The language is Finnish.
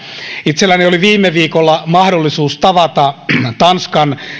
itselläni oli viime viikolla mahdollisuus tavata tanskan